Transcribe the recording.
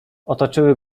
otoczyły